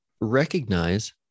recognize